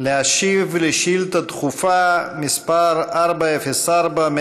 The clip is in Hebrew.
להשיב על שאילתה דחופה מס' 404,